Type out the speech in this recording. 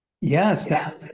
Yes